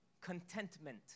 Contentment